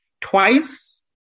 twice